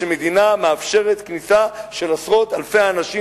שמדינה מאפשרת כניסה ללא רשיון של עשרות אלפי אנשים,